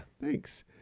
Thanks